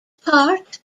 part